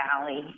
Valley